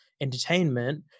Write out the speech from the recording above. entertainment